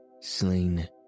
slain